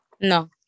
No